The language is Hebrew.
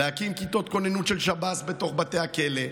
להקים כיתות כוננות של שב"ס בתוך בתי הכלא,